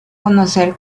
conocer